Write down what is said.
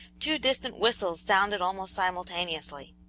two distant whistles sounded almost simultaneously.